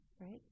right